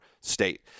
state